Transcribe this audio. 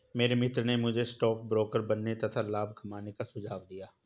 मेरे मित्र ने मुझे भी स्टॉक ब्रोकर बनने तथा लाभ कमाने का सुझाव दिया